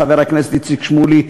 חבר הכנסת איציק שמולי,